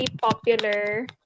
popular